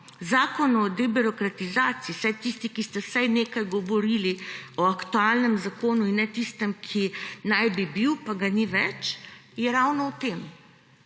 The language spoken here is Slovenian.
zakonu o debirokratizaciji – vsaj tisti, ki ste vsaj nekaj govorili o aktualnem zakonu in ne o tistem, ki naj bi bil, pa ga ni več –, je ravno to,